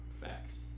Facts